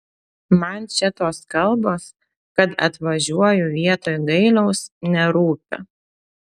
man čia tos kalbos kad atvažiuoju vietoj gailiaus nerūpi